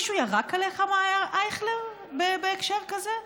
מישהו ירק עליך, הרב אייכלר, בהקשר כזה?